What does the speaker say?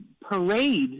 parade